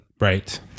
Right